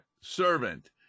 servant